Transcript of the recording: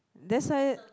that's why